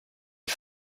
die